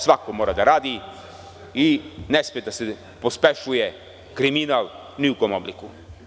Svako mora da radi i ne sme da se pospešuje kriminal ni u kom obliku.